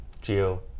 geo